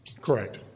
Correct